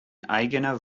eigener